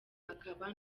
akaba